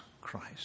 Christ